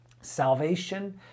salvation